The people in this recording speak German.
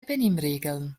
benimmregeln